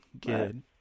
good